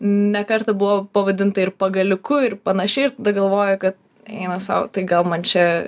ne kartą buvau pavadinta ir pagaliuku ir panašiai ir tada galvoju kad eina sau tai gal man čia